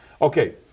Okay